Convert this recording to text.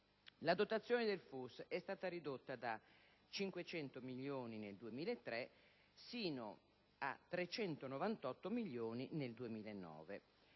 La dotazione del FUS è stata ridotta da 500 milioni nel 2003 sino a 398 milioni nel 2009.